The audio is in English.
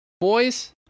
Boys